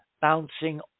bouncing